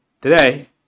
today